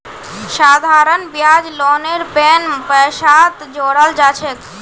साधारण ब्याज लोनेर मेन पैसात जोड़ाल जाछेक